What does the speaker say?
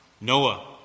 Noah